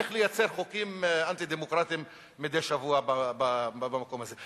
איך לייצר חוקים אנטי-דמוקרטיים מדי שבוע במקום הזה.